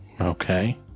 Okay